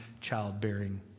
childbearing